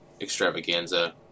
extravaganza